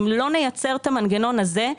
אם לא נייצר את המנגנון הזה,